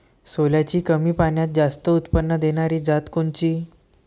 सोल्याची कमी पान्यात जास्त उत्पन्न देनारी जात कोनची?